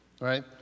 right